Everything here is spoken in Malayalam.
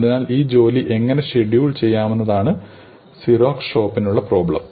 അതിനാൽ ഈ ജോലി എങ്ങനെ ഷെഡ്യൂൾ ചെയ്യാമെന്നതാണ് സിറോക്സ് ഷോപ്പിനുള്ള പ്രോബ്ലം